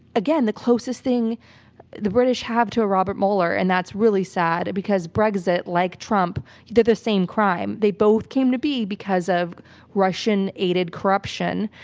again, the closest thing the british have to a robert mueller, and that's really sad, because brexit, like trump, did the same crime. they both came to be because of russian-aided corruption.